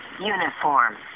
uniform